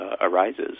arises